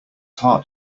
heart